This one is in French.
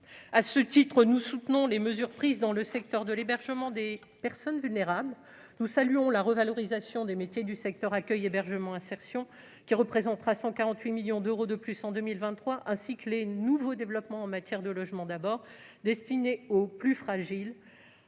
à ce titre, nous soutenons les mesures prises dans le secteur de l'hébergement des personnes vulnérables, nous saluons la revalorisation des métiers du secteur accueille hébergement insertion qui représentera 148 millions d'euros de plus en 2023 ainsi que les nouveaux développements en matière de logement d'abord destiné aux plus fragiles